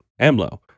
amlo